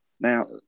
Now